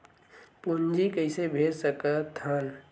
पूंजी कइसे भेज सकत हन?